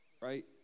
right